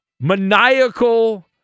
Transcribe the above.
maniacal